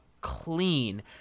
clean